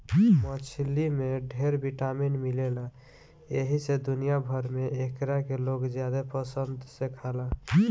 मछली में ढेर विटामिन मिलेला एही से दुनिया भर में एकरा के लोग ज्यादे पसंद से खाला